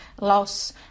loss